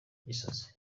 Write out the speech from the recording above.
gisozi